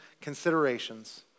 considerations